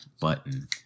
button